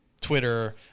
Twitter